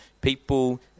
people